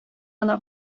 гына